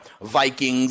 Vikings